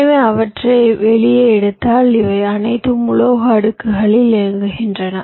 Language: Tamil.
எனவே அவற்றை வெளியே எடுத்தால் இவை அனைத்தும் உலோக அடுக்குகளில் இயங்குகின்றன